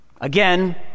Again